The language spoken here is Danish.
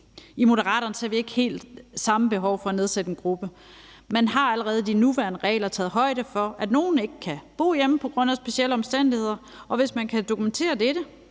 I Moderaterne ser vi ikke helt samme behov for at nedsætte en gruppe. Man har allerede i de nuværende regler taget højde for, at nogle ikke kan bo hjemme på grund af specielle omstændigheder. Og hvis man kan dokumentere dette